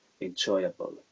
enjoyable